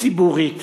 ציבורית